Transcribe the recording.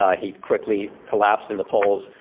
ah he quickly collapsed in the polls.